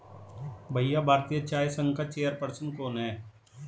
भैया भारतीय चाय संघ का चेयर पर्सन कौन है?